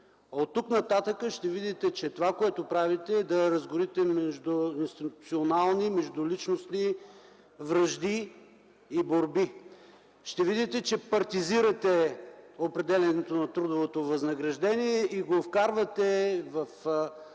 Оттук нататък ще видите, че онова, което правите, е да разгорите междуличностни борби и вражди. Ще видите, че партизирате определянето на трудовото възнаграждение и го вкарвате в